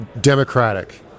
democratic